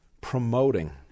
promoting